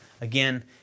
Again